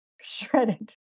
shredded